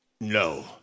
no